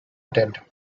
attend